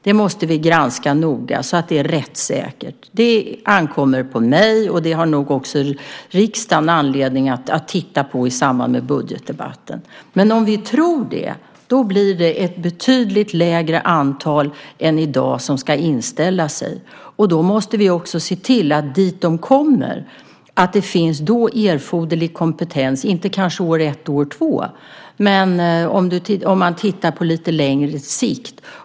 Det måste vi granska noga så att det är rättssäkert. Detta ankommer på mig, och riksdagen har nog också anledning att titta på detta i samband med budgetdebatten. Om vi tror på det blir det ett betydligt mindre antal än i dag som ska inställa sig. Då måste vi också se till att det finns erforderlig kompetens där de kommer - kanske inte år ett och år två men på längre sikt.